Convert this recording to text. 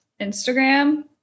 Instagram